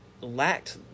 lacked